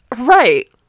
right